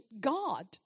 God